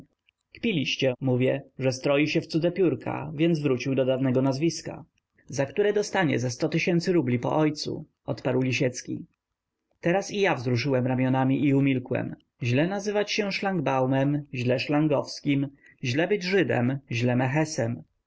kpiliście mówię że stroi się w cudze pióra więc wrócił do dawnego nazwiska za które dostanie ze sto tysięcy rubli po ojcu odparł lisiecki teraz i ja wzruszyłem ramionami i umilkłem źle nazywać się szlangbaumem źle szlangowskim źle być żydem źle